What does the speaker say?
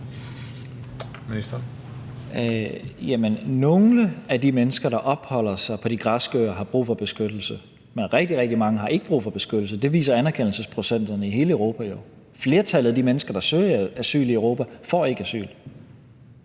(Mattias Tesfaye): Nogle af de mennesker, der opholder sig på de græske øer, har brug for beskyttelse, men rigtig, rigtig mange har ikke brug for beskyttelse. Det viser anerkendelsesprocenterne i hele Europa jo. Flertallet af de mennesker, der søger asyl i Europa, får ikke asyl.